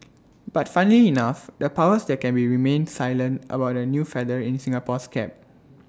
but funnily enough the powers that can be remained silent about the new feather in Singapore's cap